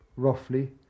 roughly